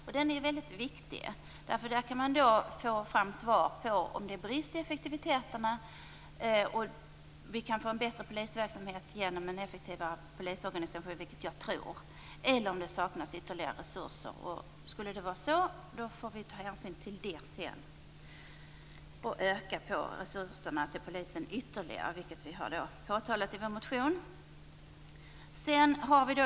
En sådan här utredning är väldigt viktigt. Den kan nämligen ge svar på om det brister i effektiviteten, och om det kan bli en bättre polisverksamhet genom en effektivare polisorganisation - vilket jag tror - eller om det saknas ytterligare resurser. Skulle det vara så får vi ta hänsyn till detta senare, och öka på resurserna till Polisen ytterligare. Detta har vi också påtalat i Centerpartiets motion.